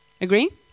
Agree